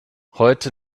heute